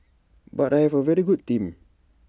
but I have A very good team